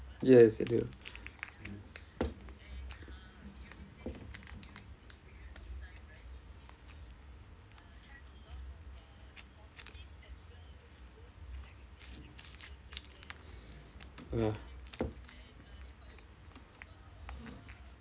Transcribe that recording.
yes I do ah